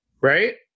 right